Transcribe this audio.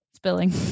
Spilling